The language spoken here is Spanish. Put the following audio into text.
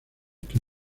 que